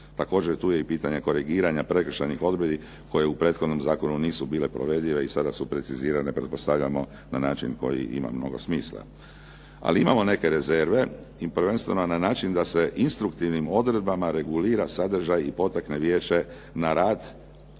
Također tu je pitanje korigiranja prekršajnih odredbi koje u prethodnom zakonu nisu bile provedive i sada su precizirane pretpostavljamo na način koji ima mnogo smisla. Ali imamo neke rezerve i prvenstveno na način da se instruktivnim odredbama regulira sadržaj i potakne vijeće na rad, kao